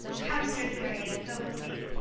come, sir thurio, go with me.